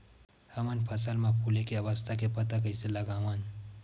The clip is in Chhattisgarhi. हमन फसल मा फुले के अवस्था के पता कइसे लगावन?